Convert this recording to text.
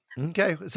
Okay